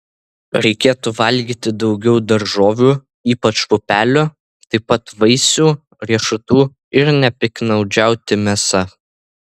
reikėtų valgyti daugiau daržovių ypač pupelių taip pat vaisių riešutų ir nepiktnaudžiauti mėsa